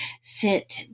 sit